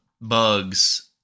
bugs